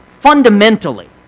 Fundamentally